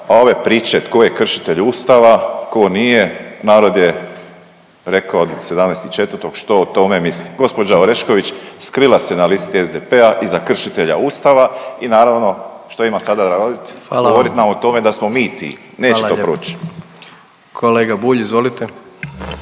ove priče tko je kršitelj Ustava, tko nije narod je rekao 17.4. što o tome misli. Gospođa Orešković skrila se na listi SDP-a iza kršitelja Ustava i naravno što ima sada raditi? Govoriti nam o tome da smo mi ti. …/Upadica predsjednik: